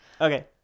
Okay